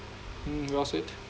mm well said